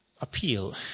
appeal